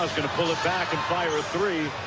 gonna pull it back and fire a three.